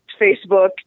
Facebook